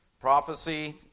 Prophecy